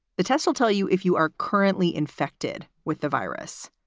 the tests will tell you if you are currently infected with the virus.